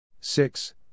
six